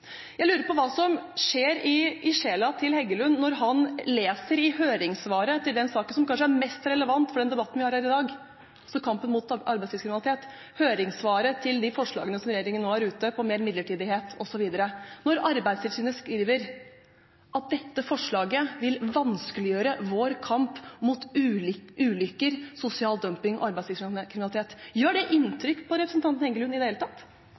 Jeg lurer på hva som skjer i sjela til Heggelund når han leser høringssvaret til den saken som kanskje er mest relevant for debatten vi har her i dag, kampen mot arbeidslivskriminalitet – høringssvaret til de forslagene som regjeringen nå har ute om mer midlertidighet osv. Når Arbeidstilsynet skriver at dette forslaget vil vanskeliggjøre deres kamp mot ulykker, sosial dumping og arbeidslivskriminalitet – gjør det inntrykk på representanten Heggelund i det hele tatt?